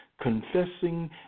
confessing